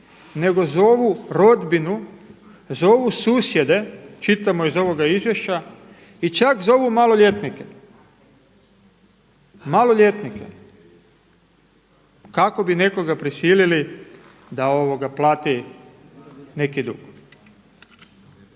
nego zovu rodbinu, zovu susjede čitamo iz ovoga izvješća i čak zovu maloljetnike kako bi nekoga prisilili da plati neki dug.